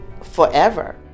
forever